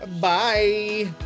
bye